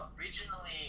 originally